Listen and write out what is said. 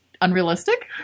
unrealistic